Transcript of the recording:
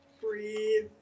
Breathe